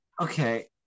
okay